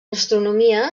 astronomia